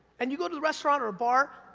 and you go to the restaurant or a bar,